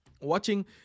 watching